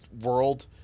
world